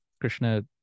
Krishna